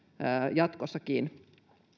jatkossakin